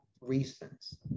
reasons